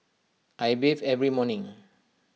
I bathe every morning